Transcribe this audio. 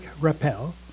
Rappel